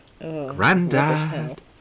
Grandad